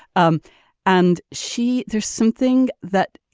um and she there's something that